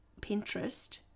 Pinterest